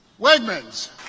Wegmans